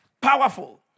powerful